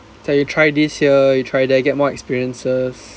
it's like you try this here you try that get more experiences